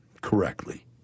correctly